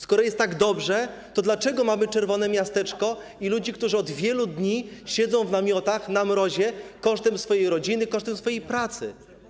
Skoro jest tak dobrze, to dlaczego mamy czerwone miasteczko i ludzi, którzy od wielu dni siedzą w namiotach na mrozie, kosztem swojej rodziny, kosztem swojej pracy?